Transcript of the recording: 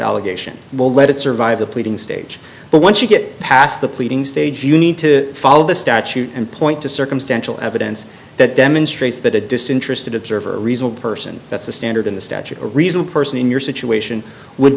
allegation we'll let it survive the pleading stage but once you get past the pleadings they you need to follow the statute and point to circumstantial evidence that demonstrates that a disinterested observer a reasonable person that's a standard in the statute a reasonable person in your situation would